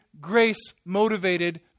grace-motivated